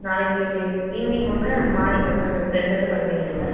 நாளைக்கு ஈவ்னிங் ஒன்று மார்னிங் ஒன்று ரெண்டு இது பண்ணுவீங்கல்ல